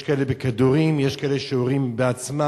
יש כאלה בכדורים, יש כאלה שיורים בעצמם,